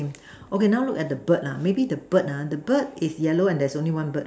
okay now look at the bird lah maybe the bird ah the bird is yellow and there is only one bird right